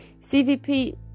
CVP